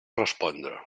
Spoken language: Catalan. respondre